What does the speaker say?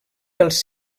pels